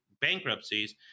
bankruptcies